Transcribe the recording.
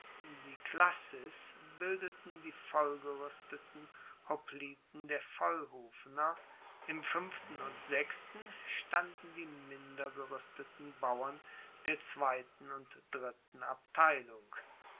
die classis bildeten die vollgeruesteten hopliten der vollhufener im fuenften und sechsten standen die minder geruesteten bauern der zweiten und dritten abteilung